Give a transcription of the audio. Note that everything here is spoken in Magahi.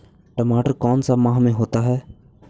टमाटर कौन सा माह में होता है?